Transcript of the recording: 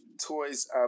toys